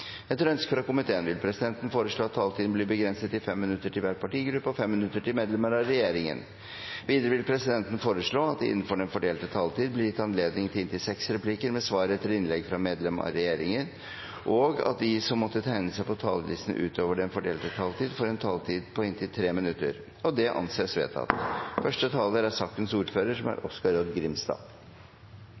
Etter ønske fra komiteen vil presidenten foreslå at taletiden blir begrenset til 5 minutter til hver partigruppe og 5 minutter til medlemmer av regjeringen. Videre vil presidenten foreslå at det – innenfor den fordelte taletid – blir gitt anledning til inntil seks replikker med svar etter innlegg fra medlemmer av regjeringen, og at de som måtte tegne seg på talerlisten utover den fordelte taletid, får en taletid på inntil 3 minutter. – Det anses vedtatt. Det er